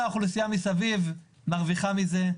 וכל האוכלוסייה מסביב מרוויחה מזה,